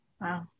Wow